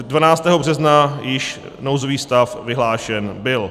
12. března již nouzový stav vyhlášen byl.